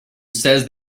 says